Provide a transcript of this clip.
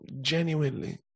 genuinely